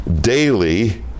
daily